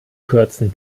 kürzen